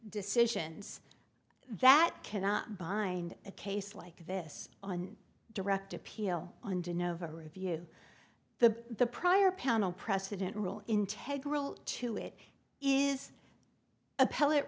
decisions that cannot bind a case like this on direct appeal on de novo review the the prior panel precedent rule integrity to it is appell